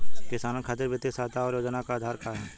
किसानन खातिर वित्तीय सहायता और योजना क आधार का ह?